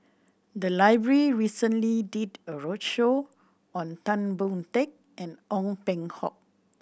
the library recently did a roadshow on Tan Boon Teik and Ong Peng Hock